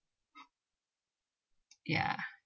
yeah